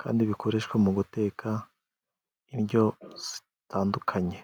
kandi bikoreshwa mu guteka indyo zitandukanye.